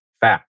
fat